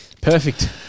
Perfect